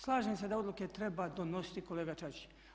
Slažem se da odluke treba donositi kolega Čačić.